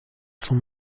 son